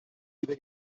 über